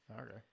Okay